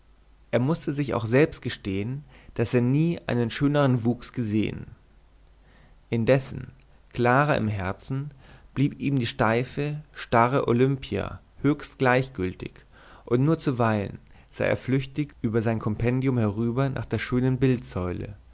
er mußte sich auch selbst gestehen daß er nie einen schöneren wuchs gesehen indessen clara im herzen blieb ihm die steife starre olimpia höchst gleichgültig und nur zuweilen sah er flüchtig über sein kompendium herüber nach der schönen bildsäule